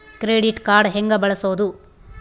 Credit card ಹೆಂಗ ಬಳಸೋದು?